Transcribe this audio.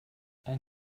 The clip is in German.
ein